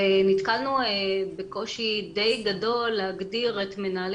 נתקלנו בקושי די גדול להגדיר את מנהלי